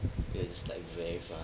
it's like very fun